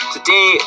Today